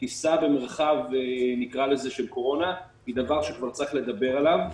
טיסה במרחב של קורונה היא דבר שכבר צריך לדבר עליו.